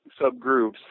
subgroups